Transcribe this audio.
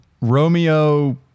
Romeo